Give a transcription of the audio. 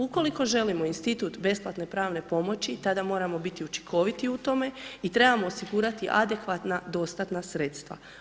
Ukoliko želimo Institut besplatne pravne pomoći, tada moramo biti učinkoviti u tome i trebamo osigurati adekvatna dostatna sredstava.